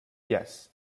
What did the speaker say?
yes